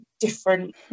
different